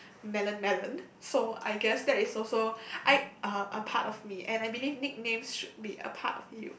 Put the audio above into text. melon melon so I guess that is also I a a part of me and I believe nicknames should be a part of you